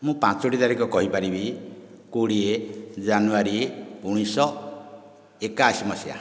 ମୁଁ ପାଞ୍ଚଟି ତାରିଖ କହିପାରିବି କୋଡ଼ିଏ ଜାନୁଆରୀ ଉଣେଇଶ ଏକାଅସି ମସିହା